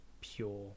pure